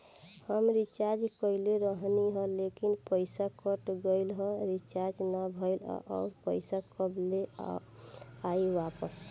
हम रीचार्ज कईले रहनी ह लेकिन पईसा कट गएल ह रीचार्ज ना भइल ह और पईसा कब ले आईवापस?